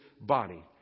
body